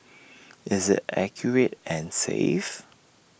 is IT accurate and safe